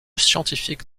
scientifique